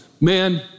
Man